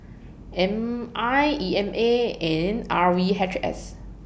M I E M A and R V H S